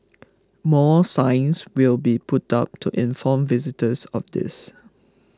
more signs will be put up to inform visitors of this